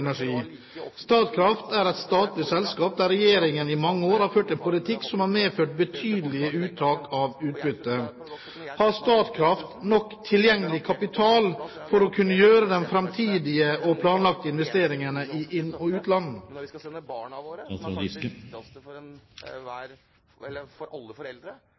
energi. Statkraft er et statlig selskap der Regjeringen i mange år har ført en politikk som har medført betydelige uttak av utbytte. Har Statkraft nok tilgjengelig kapital for å kunne gjøre de fremtidige og planlagte investeringer i inn- og utland?»